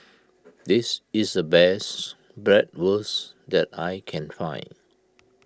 this is a best Bratwurst that I can find